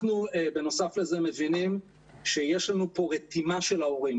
אנחנו בנוסף לזה מבינים שיש לנו פה רתימה של ההורים.